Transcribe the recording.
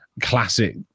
classic